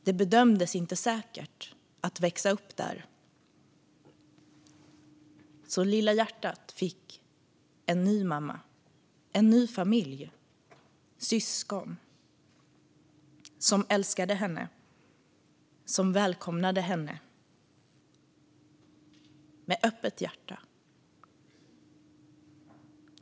Det bedömdes inte säkert att växa upp där, så "Lilla hjärtat" fick en ny mamma, en ny familj, syskon, som älskade henne, som välkomnade henne med öppet hjärta.